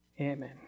Amen